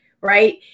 right